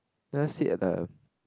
sometimes sit at the